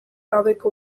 gabeko